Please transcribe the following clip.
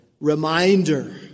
reminder